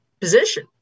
position